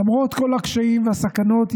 למרות כל הקשיים והסכנות,